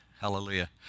hallelujah